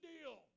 deal